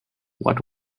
what